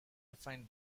define